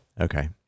Okay